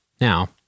Now